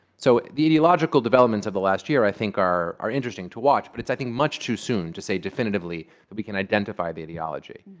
so the ideological developments of the last year, i think, are are interesting to watch. but it's, i think, much too soon to say definitively that we can identify the ideology.